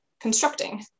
constructing